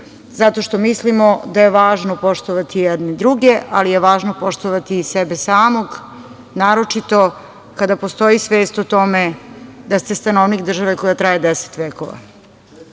zato što mislimo da je važno poštovati jedni druge, ali je važno poštovati i sebe samog, naročito kada postoji svest o tome da ste stanovnik države koja traje 10 vekova. Ima